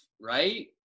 right